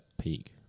peak